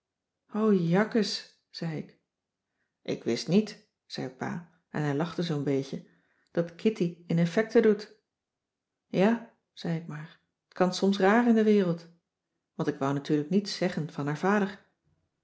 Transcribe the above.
jakkes zei ik ik wist niet zei pa en hij lachte zoo'n beetje dat kitty in effecten doet ja zei ik maar t kan soms raar in de wereld want ik wou natuurlijk niets zeggen van haar vader